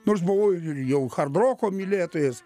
nors buvau ir jau roko mylėtojas